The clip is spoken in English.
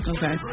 Okay